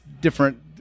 different